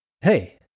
hey